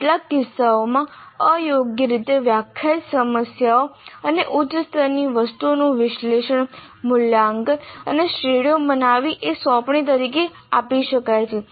કેટલાક કિસ્સાઓમાં અયોગ્ય રીતે વ્યાખ્યાયિત સમસ્યાઓ અને ઉચ્ચ સ્તરની વસ્તુઓનું વિશ્લેષણ મૂલ્યાંકન અને શ્રેણીઓ બનાવવી એ સોંપણી તરીકે આપી શકાય છે